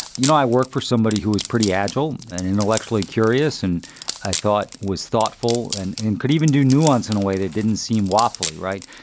you know, i work for somebody who is pretty agile and intellectually curious and i thought was thoughtful and and could even do nuance in a way that didn't seem waffly. right.